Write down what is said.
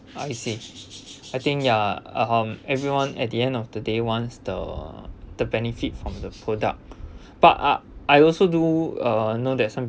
I see I think ya um everyone at the end of the day wants the the benefit from the product but ah I also do uh know that some